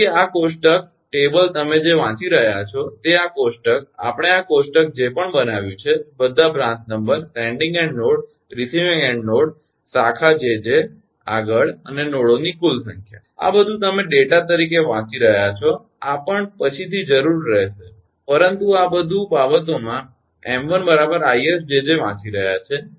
કારણકે આ કોષ્ટક તમે જે વાંચી રહ્યા છો તે આ કોષ્ટક આપણે આ કોષ્ટક જે પણ બનાવ્યું છે બધા branch number sending end node receiving end node શાખા 𝑗𝑗 આગળ અને નોડોની કુલ સંખ્યા આ બધુ તમે ડેટા તરીકે વાંચી રહ્યાં છો આ પણ પછીથી જરૂરી રહેશે પરંતુ આ બધી બાબતોમાં 𝑚1 𝐼𝑆𝑗𝑗 વાંચી રહ્યા છે